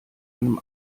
einem